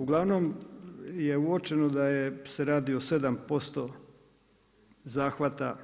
Uglavnom je uočeno da se radi o 7% zahvata